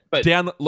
down